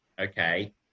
Okay